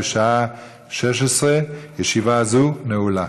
בשעה 16:00. ישיבה זו נעולה.